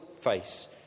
face